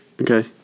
Okay